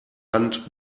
hand